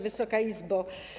Wysoka Izbo!